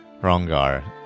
Rongar